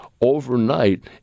overnight